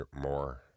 more